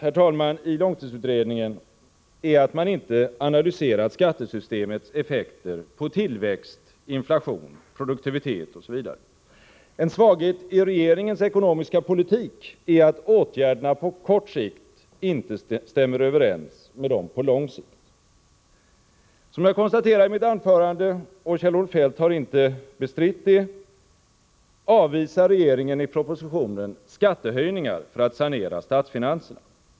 En svaghet i långtidsutredningen är att man inte analyserat skattesystemets effekter på tillväxt, inflation, produktivitet osv. En svaghet i regeringens ekonomiska politik är att åtgärderna på kort sikt inte stämmer överens med dem på lång sikt. Som jag konstaterade i mitt anförande, och Kjell-Olof Feldt har inte bestritt det, avvisar regeringen i propositionen skattehöjningar för att sanera statsfinanserna.